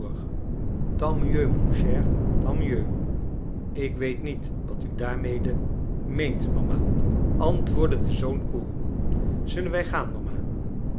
ik weet niet wat u daarmede meent mama antwoordde de zoon koel zullen wij gaan mama